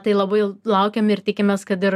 tai labai laukiam ir tikimės kad ir